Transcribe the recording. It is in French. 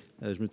est l'avis de